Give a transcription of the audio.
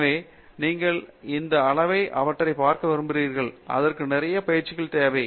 எனவே நீங்கள் அந்த அளவைப் அவற்றை பார்க்க விரும்புகிறீர்கள் அதற்கு நிறைய பயிற்சி தேவை